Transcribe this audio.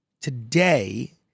Today